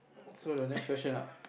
so the next question ah